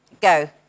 go